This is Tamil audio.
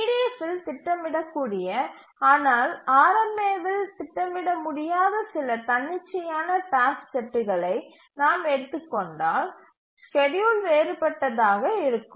EDF இல் திட்டமிடக்கூடிய ஆனால் RMA இல் திட்டமிட முடியாத சில தன்னிச்சையான டாஸ்க் செட்டுகளை நாம் எடுத்துக் கொண்டால் ஸ்கேட்யூல் வேறுபட்டதாக இருக்கும்